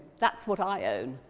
that's what i own.